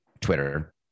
Twitter